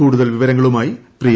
കൂടുതൽ വിവരങ്ങളുമായി പ്രിയ